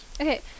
Okay